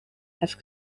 have